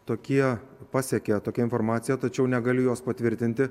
tokie pasiekė tokia informacija tačiau negaliu jos patvirtinti